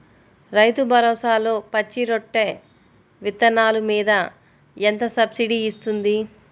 రైతు భరోసాలో పచ్చి రొట్టె విత్తనాలు మీద ఎంత సబ్సిడీ ఇస్తుంది?